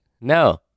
no